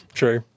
true